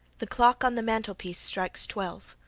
the clock on the mantelpiece strikes twelve.